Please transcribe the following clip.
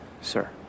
Sir